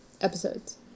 episodes